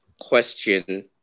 question